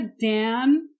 Dan